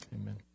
amen